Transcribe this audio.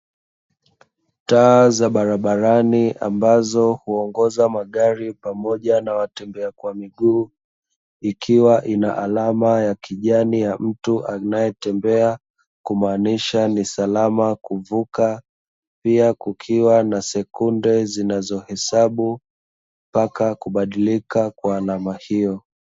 Taa za barabarani ambazo huongoza magari pamoja na watembea kwa miguu, ikiwa ina alama ya kijani ya mtu anayetembea, kumaanisha ni salama kuvuka, pia kukiwa na sekunde zinazohesabu, mpaka kubadilika kwa alama hiyo.